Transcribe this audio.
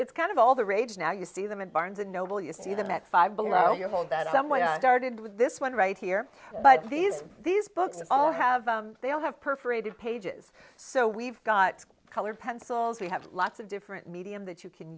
it's kind of all the rage now you see them in barnes and noble you see them at five below your will that i am what i started with this one right here but these these books all have they all have perforated pages so we've got color pencils we have lots of different medium that you can